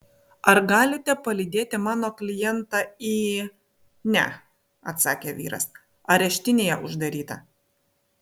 ar galite palydėti mano klientą į ne atsakė vyras areštinėje uždaryta